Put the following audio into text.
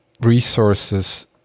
resources